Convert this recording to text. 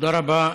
תודה רבה.